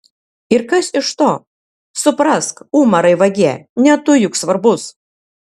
ir kas iš to suprask umarai vagie ne tu juk svarbus